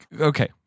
Okay